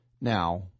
Now